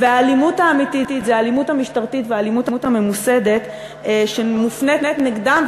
והאלימות האמיתית היא האלימות המשטרתית והאלימות הממוסדת שמופנית נגדם,